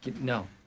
no